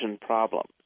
problem